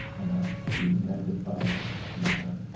and ask to be remembered by them in turn.